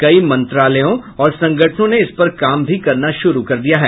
कई मंत्रालयों और संगठनों ने इस पर काम भी करना शुरू कर दिया है